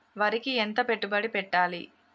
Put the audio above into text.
వరికి ఎంత పెట్టుబడి పెట్టాలి?